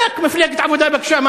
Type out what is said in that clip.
עלק, מפלגת העבודה ביקשה?